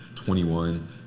Twenty-one